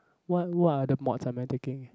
what what other mods am I taking